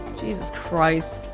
jesus christ.